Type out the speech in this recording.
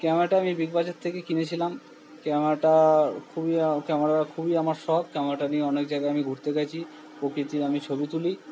ক্যামেরাটা আমি বিগ বাজার থেকে কিনেছিলাম ক্যামেরাটা খুবই ক্যামেরা খুবই আমার শখ ক্যামেরাটা নিয়ে অনেক জায়গায় আমি ঘুরতে গেছি প্রকৃতির আমি ছবি তুলি